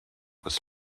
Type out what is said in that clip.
was